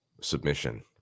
submission